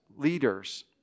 Leaders